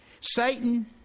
Satan